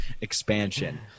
expansion